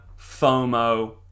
FOMO